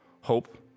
hope